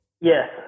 Yes